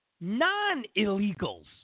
non-illegals